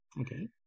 Okay